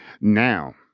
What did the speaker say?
Now